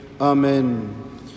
Amen